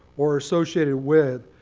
or associated with,